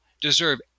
deserve